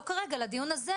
לא כרגע לדיון הזה,